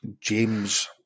James